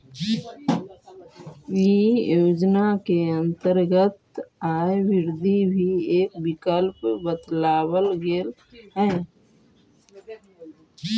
इ योजना के अंतर्गत आय वृद्धि भी एक विकल्प बतावल गेल हई